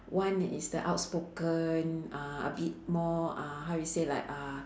one is the outspoken uh a bit more uh how you say like uh